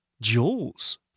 Jaws